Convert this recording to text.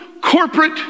corporate